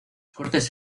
cortes